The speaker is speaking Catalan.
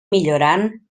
millorant